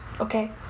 okay